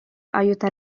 aiuta